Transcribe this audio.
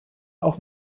auch